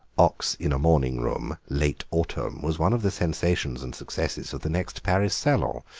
ox in a morning-room, late autumn, was one of the sensations and successes of the next paris salon,